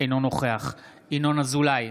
אינו נוכח ינון אזולאי,